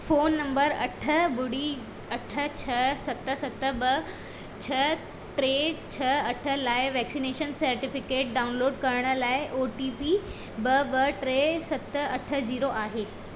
phone number अठ ॿुड़ी अठ छह सत सत ॿ छह टे छह अठ लाइ वैक्सनेशन सर्टिफिकेट डाउनलोड करण लाइ ओ टी पी ॿ ॿ टे सत अठ जीरो आहे